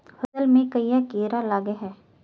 फसल में क्याँ कीड़ा लागे है?